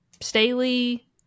staley